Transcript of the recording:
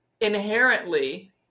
inherently